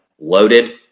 loaded